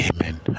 amen